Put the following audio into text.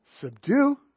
subdue